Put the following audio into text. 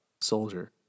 soldier